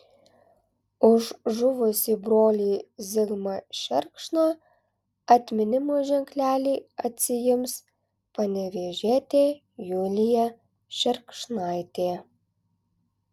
už žuvusį brolį zigmą šerkšną atminimo ženklelį atsiims panevėžietė julija šerkšnaitė